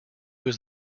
was